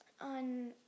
on